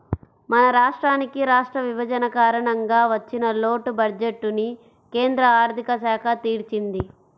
మన రాష్ట్రానికి రాష్ట్ర విభజన కారణంగా వచ్చిన లోటు బడ్జెట్టుని కేంద్ర ఆర్ధిక శాఖ తీర్చింది